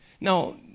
Now